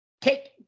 take